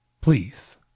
Please